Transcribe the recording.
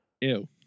Ew